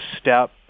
step